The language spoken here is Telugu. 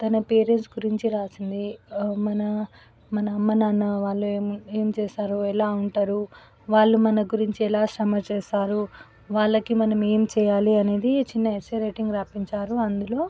తన పేరెంట్స్ గురించి రాసింది మన మన మన అన్నవాళ్ళు ఏం ఏం చేశారో ఎలా ఉంటారు వాళ్ళు మన గురించి ఎలా సమాచేస్తారు వాళ్ళకి మనం ఏం చేయాలి అనేది చిన్న ఎస్సే రైటింగ్ రాపించారు అందులో